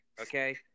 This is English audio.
okay